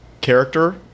character